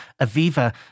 Aviva